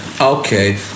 okay